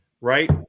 right